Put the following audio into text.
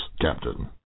Captain